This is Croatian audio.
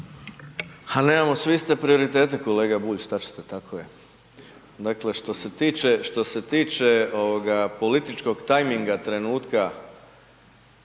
Ha nemamo svi iste prioritete, kolega Bulj, što ćete, tako je. Dakle, što se tiče, što se tiče političkog tajminga, trenutka,